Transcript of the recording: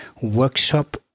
workshop